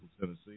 tennessee